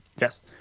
Yes